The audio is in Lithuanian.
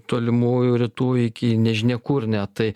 tolimųjų rytų iki nežinia kur ne tai